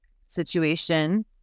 situation